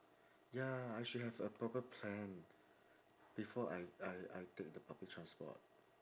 ya I should have a proper plan before I I I take the public transport